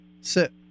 sit